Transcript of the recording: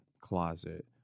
closet